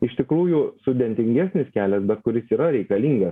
iš tikrųjų sudėtingesnis kelias bet kuris yra reikalingas